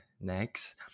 next